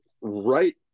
right